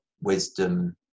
wisdom